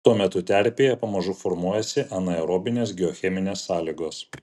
tuo metu terpėje pamažu formuojasi anaerobinės geocheminės sąlygos